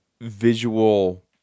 visual